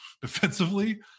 defensively